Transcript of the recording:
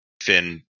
Finn